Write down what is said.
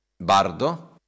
bardo